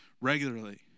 regularly